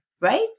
right